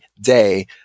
day